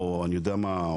או אני יודע מה,